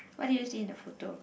what did you see in the photo